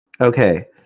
Okay